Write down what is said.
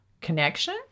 connection